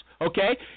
okay